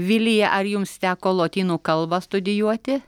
vilija ar jums teko lotynų kalbą studijuoti